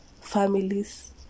families